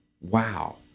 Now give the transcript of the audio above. Wow